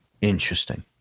Interesting